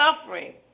suffering